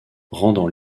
rendant